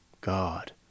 God